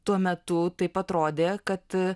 tuo metu taip atrodė kad